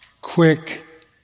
quick